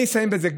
אז אני אסיים בזה.